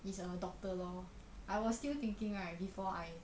is uh doctor lor I was still thinking right before I